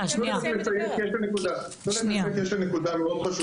תנו לי רק לסיים, כי יש את הנקודה המאוד חשובה.